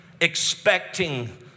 expecting